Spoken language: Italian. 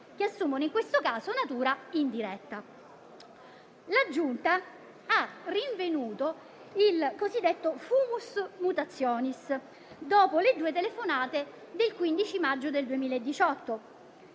che assumono in questo caso natura indiretta. La Giunta ha rinvenuto il cosiddetto *fumus mutationis* dopo le due telefonate del 15 maggio del 2018.